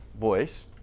voice